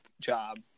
job